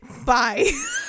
bye